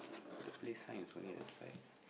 the play sign is only at the side